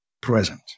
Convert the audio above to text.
present